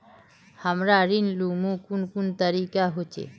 हमरा ऋण लुमू कुन कुन तरीका होचे?